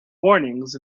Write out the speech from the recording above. warnings